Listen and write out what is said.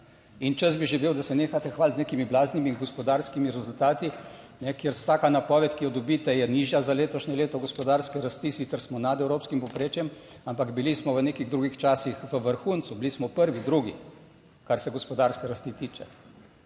In čas bi že bil, da se nehate hvaliti z nekimi blaznimi gospodarskimi rezultati, kjer vsaka napoved, ki jo dobite, je nižja za letošnje leto gospodarske rasti, sicer smo nad evropskim povprečjem, ampak bili smo v nekih drugih časih, v vrhuncu, bili smo prvi, drugi, kar se gospodarske rasti tiče.